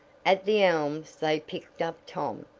at the elms they picked up tom,